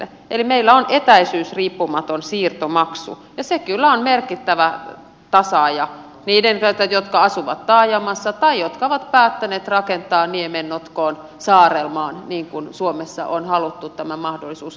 eli meillä on etäisyysriippumaton siirtomaksu ja se kyllä on merkittävä tasaaja niiden osalta jotka asuvat taajamassa tai jotka ovat päättäneet rakentaa niemennotkoon saarelmaan niin kuin suomessa on haluttu tämä mahdollisuus antaa